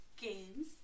games